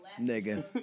nigga